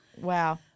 wow